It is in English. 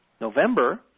November